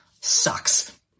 sucks